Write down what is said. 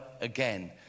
again